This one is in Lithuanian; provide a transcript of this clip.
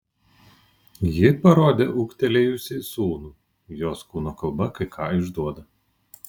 ji parodė ūgtelėjusį sūnų jos kūno kalba kai ką išduoda